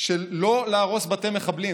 של לא להרוס בתי מחבלים,